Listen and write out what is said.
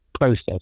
process